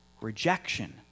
rejection